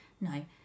No